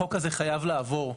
החוק הזה חייב לעבור.